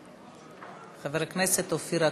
חבר הכנסת אופיר אקוניס.